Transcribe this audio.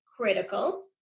critical